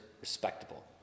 respectable